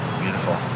beautiful